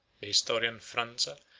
the historian phranza,